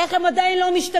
איך הם עדיין לא משתגעים?